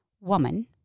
Woman